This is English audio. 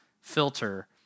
filter